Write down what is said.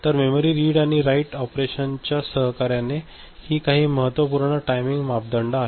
तर memory read and write ऑपरेशनच्या सहकार्याने ही काही महत्त्वपूर्ण टायमिंग मापदंड आहेत